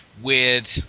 weird